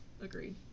Agreed